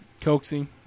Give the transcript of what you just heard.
Coaxing